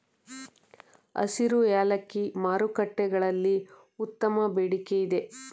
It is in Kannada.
ಹಸಿರು ಏಲಕ್ಕಿ ಮಾರುಕಟ್ಟೆಗಳಲ್ಲಿ ಉತ್ತಮ ಬೇಡಿಕೆಯಿದೆ